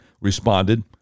responded